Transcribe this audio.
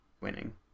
winning